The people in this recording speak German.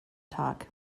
tag